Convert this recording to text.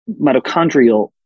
mitochondrial